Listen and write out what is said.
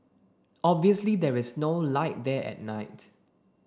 obviously there is no light there at night